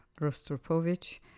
Rostropovich